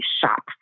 shop